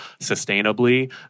sustainably